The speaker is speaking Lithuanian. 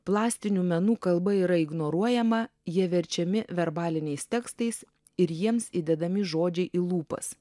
plastinių menų kalba yra ignoruojama jie verčiami verbaliniais tekstais ir jiems įdedami žodžiai į lūpas